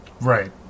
Right